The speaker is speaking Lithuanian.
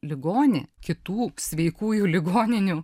ligonį kitų sveikųjų ligoninių